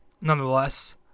nonetheless